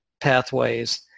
pathways